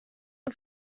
und